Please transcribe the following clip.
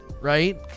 right